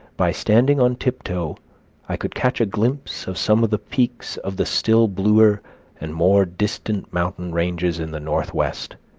by standing on tiptoe i could catch a glimpse of some of the peaks of the still bluer and more distant mountain ranges in the northwest,